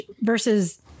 versus